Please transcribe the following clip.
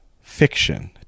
Fiction